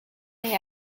the